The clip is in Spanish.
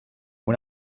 una